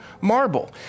marble